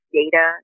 data